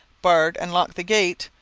barred and locked the gate,